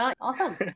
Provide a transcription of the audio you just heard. Awesome